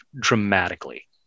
dramatically